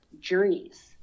journeys